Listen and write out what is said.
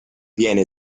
viene